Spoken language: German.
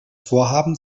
vorhaben